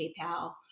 PayPal